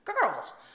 girl